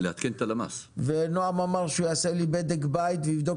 נועם אמר שהוא יעשה לי בדק בית ויבדוק